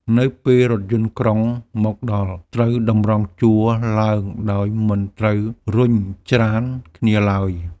នៅពេលរថយន្តក្រុងមកដល់ ត្រូវតម្រង់ជួរឡើងដោយមិនត្រូវរុញច្រានគ្នាឡើយ។